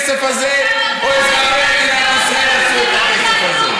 הם עשו את הכסף הזה,